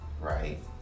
right